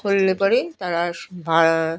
করলে পরে তারা ভা